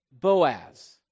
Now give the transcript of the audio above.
Boaz